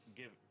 give